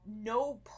No